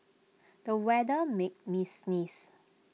the weather made me sneeze